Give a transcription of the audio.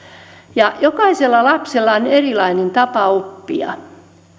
ja jokaisella lapsella on erilainen tapa oppia